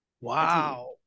Wow